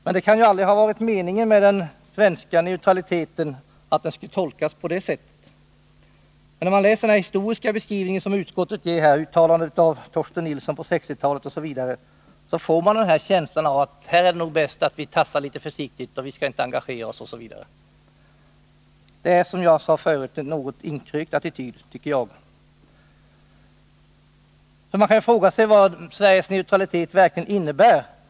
Men det kan ju aldrig ha varit meningen med den svenska neutraliteten att den skulle tolkas på det sättet. När man läser den historiska beskrivningen i utskottsbetänkandet, med uttalanden av Torsten Nilsson på 1960-talet osv., får man känslan av att utskottet anser att det är bäst att vi tassar litet försiktigt och inte engagerar oss. Det är, som jag sade förut, en något inkrökt attityd. Man kan ju fråga sig vad Sveriges neutralitet verkligen innebär.